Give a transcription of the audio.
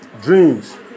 dreams